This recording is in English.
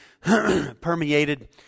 permeated